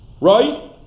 Right